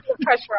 pressure